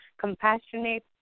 compassionate